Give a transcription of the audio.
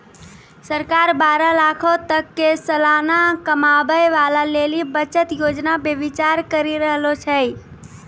सरकार बारह लाखो तक के सलाना कमाबै बाला लेली बचत योजना पे विचार करि रहलो छै